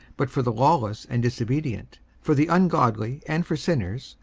but for the lawless and disobedient, for the ungodly and for sinners,